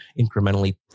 incrementally